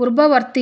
ପୂର୍ବବର୍ତ୍ତୀ